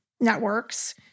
networks